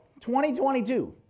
2022